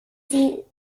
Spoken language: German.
sie